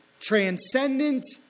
Transcendent